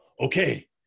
okay